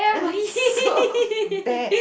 so bad